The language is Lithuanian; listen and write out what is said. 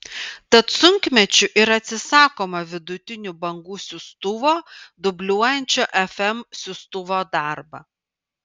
tad sunkmečiu ir atsisakoma vidutinių bangų siųstuvo dubliuojančio fm siųstuvo darbą